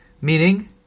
Meaning